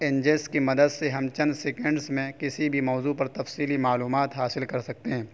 انجس کی مدد سے ہم چند سیکنڈس میں کسی بھی موضوع پر تفصیلی معلومات حاصل کر سکتے ہیں